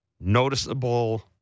noticeable